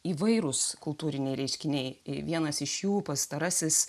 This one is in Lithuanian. įvairūs kultūriniai reiškiniai vienas iš jų pastarasis